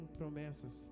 promessas